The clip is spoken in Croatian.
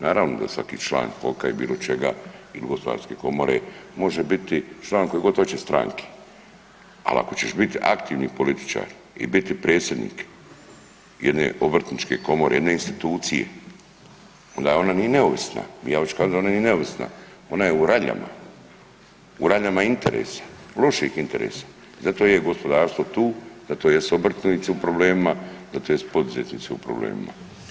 Naravno da svaki član HOK-a i bilo čega i HGK može biti član koje god hoće stranke, ali ako ćeš biti aktivni političar i biti predsjednik jedne obrtničke komore, jedne institucije, onda ona nije neovisna, ja oću kazat da ona nije neovisna, ona je u raljama, u raljama interesa, loših interesa, zato i je gospodarstvo tu, zato jesu obrtnici u problemima, zato jesu poduzetnici u problemima.